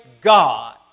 God